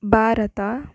Bharat